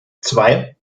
zwei